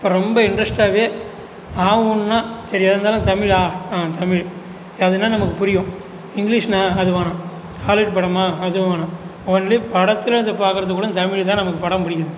அப்போ ரொம்ப இன்ட்ரெஸ்டாகவே ஆ ஊன்னா சரி எதாயிருந்தாலும் தமிழா ஆ தமிழ் அதுனால் நமக்கு புரியும் இங்கிலீஷ்னா அது வேணாம் ஹாலிவுட் படமா அதுவும் வேணாம் ஒன்லி படத்துலிருந்து பார்க்குறது கூட தமிழ்தான் நமக்கு படம் பிடிக்கிது